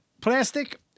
plastic